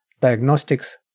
diagnostics